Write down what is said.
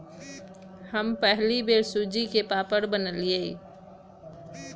हम पहिल बेर सूज्ज़ी के पापड़ बनलियइ